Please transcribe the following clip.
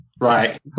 Right